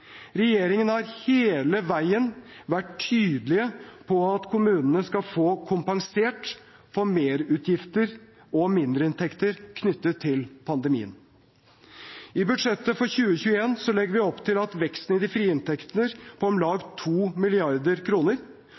Regjeringen har hele veien vært tydelig på at kommunene skal få kompensert for merutgifter og mindreinntekter knyttet til pandemien. I budsjettet for 2021 legger vi opp til en vekst i de frie inntektene på om lag